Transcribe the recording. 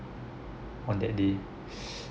on that day